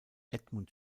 edmund